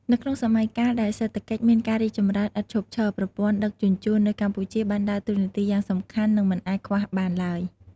នៅក្នុងសម័យកាលដែលសេដ្ឋកិច្ចមានការរីកចម្រើនឥតឈប់ឈរ ប្រព័ន្ធដឹកជញ្ជូននៅកម្ពុជាបានដើរតួនាទីយ៉ាងសំខាន់និងមិនអាចខ្វះបានឡើយ។